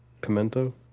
Pimento